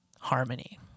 Harmony